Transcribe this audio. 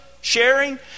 Sharing